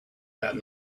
that